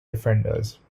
defenders